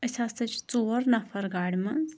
أسۍ ہَسا چھِ ژور نَفر گاڑِ منٛز